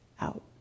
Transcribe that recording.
out